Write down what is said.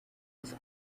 was